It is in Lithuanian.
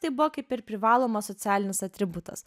tai buvo kaip ir privalomas socialinis atributas